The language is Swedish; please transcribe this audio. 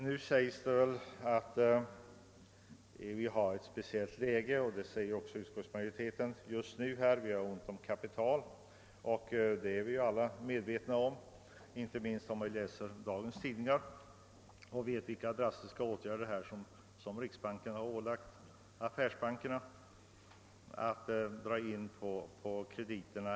Nu kan det sägas — och det anför också utskottsmajoriteten — att vi har ett speciellt läge, eftersom vi har ont om kapital. Det är vi alla medvetna om. Inte minst i dagens tidningar kan vi läsa om vilka drastiska åtgärder riksbanken ålagt affärsbankerna att vidtaga, nämligen att dra in på krediterna.